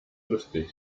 lustig